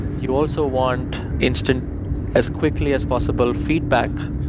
you also want instant as quickly as possible feedback.